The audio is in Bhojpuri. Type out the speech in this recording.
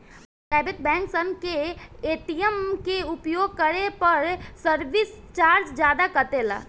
प्राइवेट बैंक सन के ए.टी.एम के उपयोग करे पर सर्विस चार्ज जादा कटेला